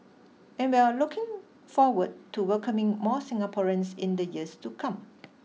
and we're looking forward to welcoming more Singaporeans in the years to come